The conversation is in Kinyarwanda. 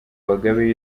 bagabe